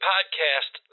podcast